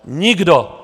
Nikdo.